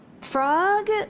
Frog